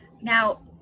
Now